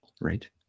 right